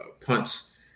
punts